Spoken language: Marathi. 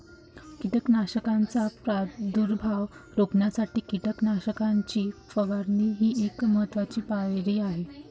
कीटकांचा प्रादुर्भाव रोखण्यासाठी कीटकनाशकांची फवारणी ही एक महत्त्वाची पायरी आहे